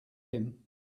him